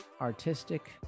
artistic